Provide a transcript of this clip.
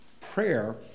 prayer